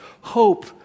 Hope